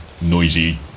noisy